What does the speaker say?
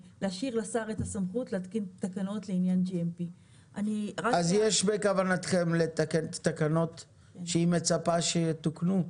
להשאיר לשר את המסכות להתקין תקנות לעניין GMP. אז יש בכוונתכם לתקן תקנות שהיא מצפה שיתוקנו?